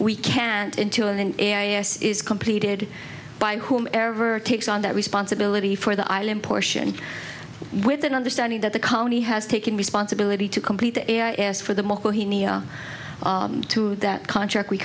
we can't into an area is completed by whom ever takes on that responsibility for the island portion with an understanding that the county has taken responsibility to complete the area as for the mako he nia to that contract we